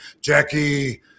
Jackie